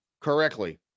correctly